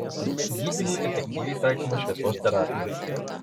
gydymui efektyviai taikoma šviesos terapija